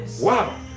Wow